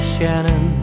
Shannon